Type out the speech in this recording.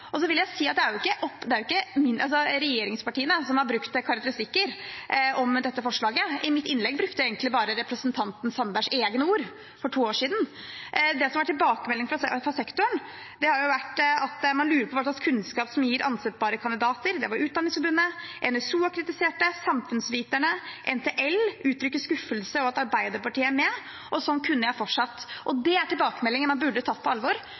vil også si at det er ikke regjeringspartiene som har brukt karakteristikker om dette forslaget. I mitt innlegg brukte jeg egentlig bare representanten Sandbergs egne ord fra to år tilbake. Tilbakemeldingen fra sektoren har vært at Utdanningsforbundet lurer på hva slags kunnskap som gir ansettbare kandidater, NSO og samfunnsviterne har kritisert det, NTL utrykker skuffelse over at Arbeiderpartiet er med. Slik kunne jeg fortsatt. Det er tilbakemeldinger man burde tatt på alvor,